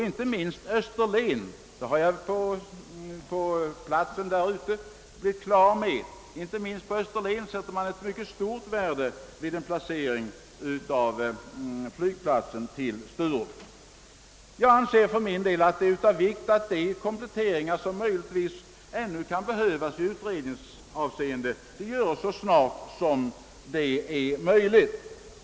Inte minst i Österlen sätter man stort värde på att flygplatsen lokaliseras till Sturup. Det har jag blivit förvissad om vid besök på ort och ställe. Jag anser det därför vara av stor vikt att de kompletteringar som kan behöva göras i utredningsavseende sker så snart som möjligt.